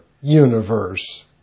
universe